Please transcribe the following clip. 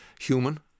human